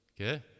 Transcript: okay